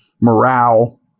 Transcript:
morale